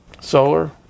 solar